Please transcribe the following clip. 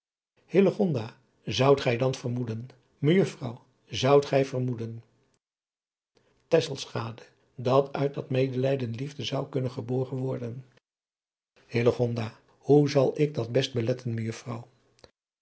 oudt gij dan vermoeden ejuffrouw zoudt gij vermoeden at uit dat medelijden liefde zou kunnen geboren worden oe zal ik dat best beletten